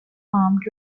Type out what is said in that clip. armed